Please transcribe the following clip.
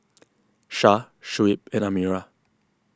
Syah Shuib and Amirah